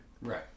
Right